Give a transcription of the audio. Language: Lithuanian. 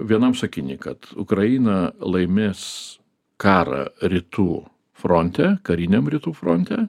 vienam sakiny kad ukraina laimės karą rytų fronte kariniam rytų fronte